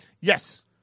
Yes